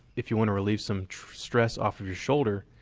if you want to relieve some stress off of your shoulder,